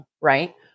right